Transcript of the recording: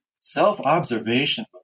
Self-observation